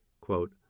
Quote